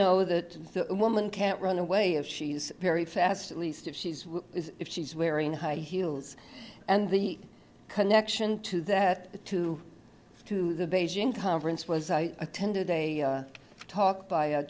know that a woman can't run away of she's very fast at least if she's if she's wearing high heels and the connection to that to to the beijing conference was i attended a talk by a